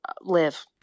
live